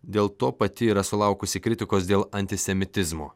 dėl to pati yra sulaukusi kritikos dėl antisemitizmo